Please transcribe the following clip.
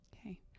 Okay